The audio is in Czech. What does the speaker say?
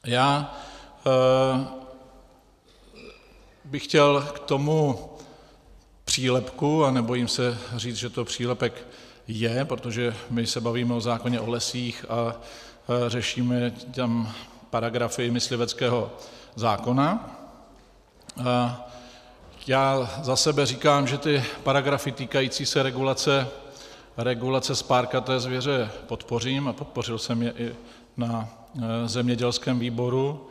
Já bych chtěl k tomu přílepku, a nebojím se říct, že to přílepek je, protože se bavíme o zákoně o lesích a řešíme tam paragrafy mysliveckého zákona já za sebe říkám, že ty paragrafy týkající se regulace spárkaté zvěře podpořím a podpořil jsem je i na zemědělském výboru.